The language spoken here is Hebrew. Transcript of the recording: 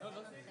להמשיך